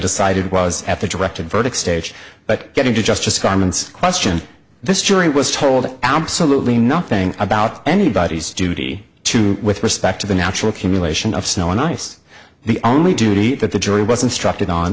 decided was at the directed verdict stage but getting to justice garments question this jury was told absolutely nothing about anybody's duty to with respect to the natural cumulation of snow and ice the only duty that the jury was instructed on